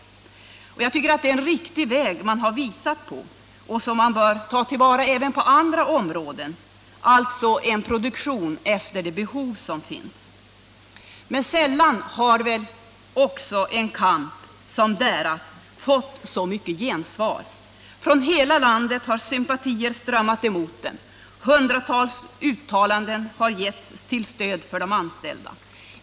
Jag tycker nämligen att det är en riktig väg man här har anvisat: en produktion efter de behov som finns. Erfarenheterna här bör man ta till vara även på andra områden. Sällan har väl en kamp som den som förts av de Algotsanställda fått ett sådant gensvar. Från hela landet har sympatier strömmat emot dem, och hundratals uttalanden har gjorts till stöd för de anställda.